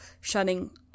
shutting